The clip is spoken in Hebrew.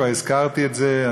כבר הזכרתי את זה.